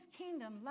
kingdom